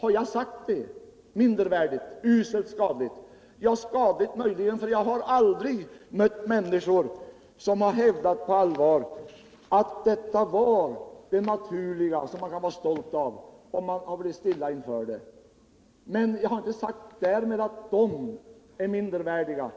Har jag sagt det — mindervärdigt, uselt, skadligt? Skadligt möjligen, för jag har aldrig mött någon människa som på allvar hävdat att detta var det naturliga, något som man kan vara stolt över och bli stilla inför. Men därmed har jag inte sagt att de är mindervärdiga.